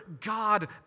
God